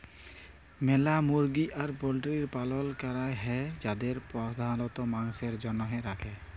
ম্যালা মুরগি আর পল্ট্রির পালল ক্যরাক হ্যয় যাদের প্রধালত মাংসের জনহে রাখে